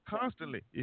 constantly